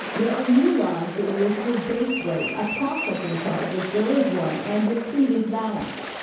there are new lines that will list your base rate, a processing charge, if there is one, and your previous balance.